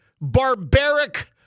barbaric